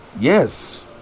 Yes